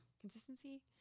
consistency